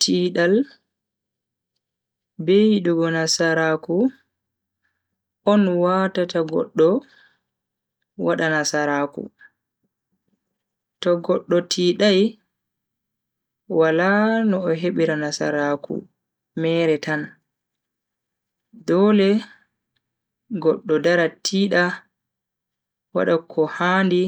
Tiidal be yidugo nasaraku on wawata goddo wada nasaraaku. to goddo tiidai, wala no o hebira nasaraaku mere tan. dole goddo dara tiida wada ko handi